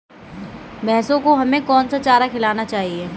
भैंसों को हमें कौन सा चारा खिलाना चाहिए?